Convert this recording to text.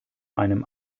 einem